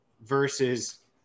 versus